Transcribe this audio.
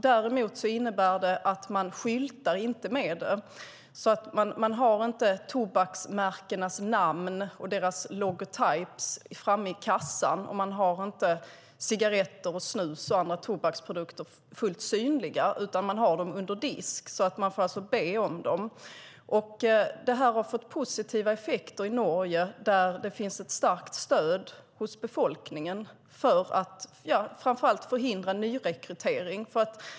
Däremot innebär det att man inte skyltar med det, så tobaksmärkenas namn och deras logotyper finns inte framme i kassan. Mar har inte cigaretter, snus och andra tobaksprodukter fullt synliga, utan de finns under disk. De som vill köpa får alltså be om dem. Det här har fått positiva effekter i Norge, där det finns ett starkt stöd hos befolkningen för att framför allt förhindra nyrekrytering.